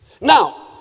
Now